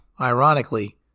ironically